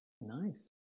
Nice